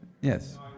yes